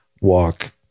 walk